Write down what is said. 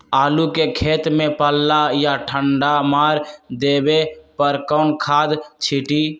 आलू के खेत में पल्ला या ठंडा मार देवे पर कौन खाद छींटी?